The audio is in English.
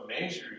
measure